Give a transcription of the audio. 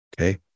Okay